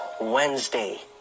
Wednesday